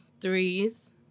threes